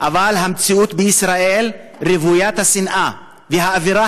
אבל המציאות בישראל רוויית השנאה והאווירה